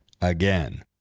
again